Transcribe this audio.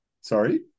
Sorry